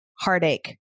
heartache